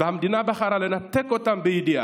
והמדינה בחרה לנתק אותם בידיעה,